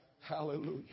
Hallelujah